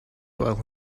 while